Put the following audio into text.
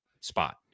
spot